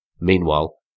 Meanwhile